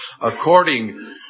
according